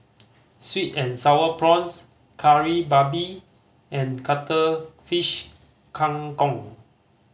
sweet and Sour Prawns Kari Babi and Cuttlefish Kang Kong